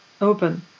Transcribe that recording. open